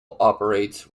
operates